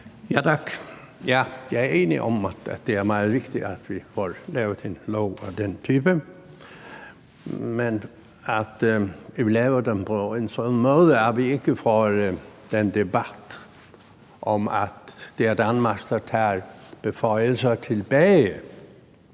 Tak. Jeg er enig i, at det er meget vigtigt, at vi får lavet en lov af den type, men at vi laver den på en sådan måde, at vi ikke får den debat om, at det er Danmark, der tager beføjelser tilbage.